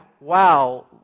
wow